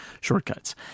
shortcuts